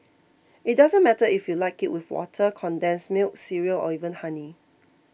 it doesn't matter if you like it with water condensed milk cereal or even honey